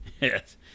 Yes